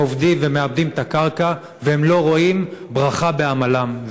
הם עובדים ומעבדים את הקרקע ולא רואים ברכה בעמלם.